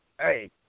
hey